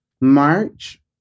March